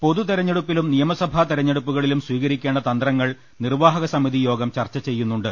പൊതുതെരഞ്ഞെടുപ്പിലും നിയമുസഭാ തെരഞ്ഞെടു പ്പുകളിലും സ്വീകരിക്കേണ്ട തന്ത്രങ്ങൾ നിർവ്വാഹകസമിതി യോഗം ചർച്ച ചെയ്യു ന്നുണ്ട്